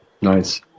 Nice